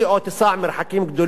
או תיסע מרחקים גדולים,